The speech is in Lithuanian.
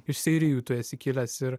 iš seirijų tu esi kilęs ir